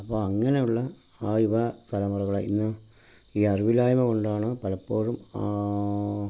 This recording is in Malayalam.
അപ്പം അങ്ങനെയുള്ള ആ യുവ തലമുറകളെ ഇന്ന് ഈ അറിവില്ലായ്മ്മ കൊണ്ടാണ് പലപ്പോഴും